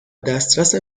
دسترس